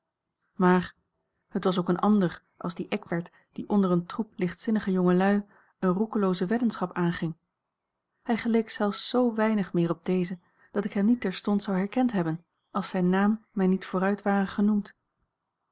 maar het was ook een ander als die eckbert die onder een troep lichtzinnige jongelui eene roekelooze weddenschap aanging hij geleek zelfs zoo weinig meer op dezen dat ik hem niet terstond zou herkend hebben als zijn naam mij niet vooruit ware genoemd